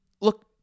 Look